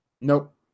Nope